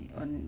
on